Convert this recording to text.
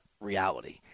reality